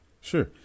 Sure